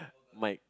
Mike